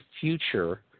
future